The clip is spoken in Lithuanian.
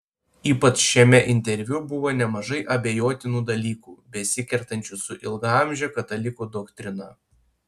ypač šiame interviu buvo nemažai abejotinų dalykų besikertančių su ilgaamže katalikų doktrina